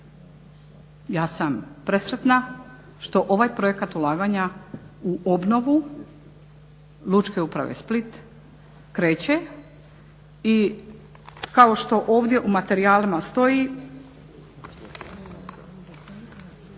Ja sam presretna što ovaj projekat ulaganja u obnovu Lučke uprave Split kreće i kao što ovdje u materijalima stoji